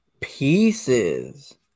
Pieces